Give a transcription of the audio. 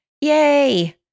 Yay